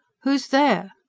who's there?